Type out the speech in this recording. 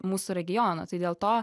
mūsų regiono tai dėl to